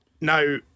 Now